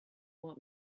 want